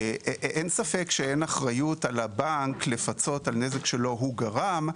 אין ספק שאין אחריות על הבנק לפצות על הנזק שלא הוא גרם.